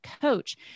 coach